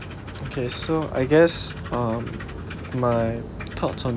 okay so I guess um my thoughts on